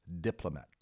diplomat